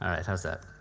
all right. how's that?